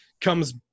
comes